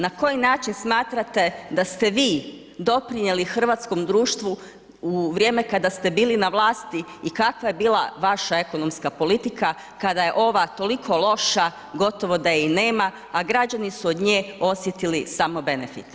Na koji način smatrate da ste vi doprinijeli hrvatskom društvu u vrijeme kada ste bili na vlasti i kakva je bila vaša ekonomska politika kada je ova toliko loša, gotovo da je i nema, a građani su od nje osjetili samo benefite.